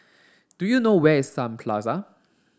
do you know where is Sun Plaza